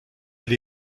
elle